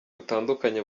butandukanye